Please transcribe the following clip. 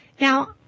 Now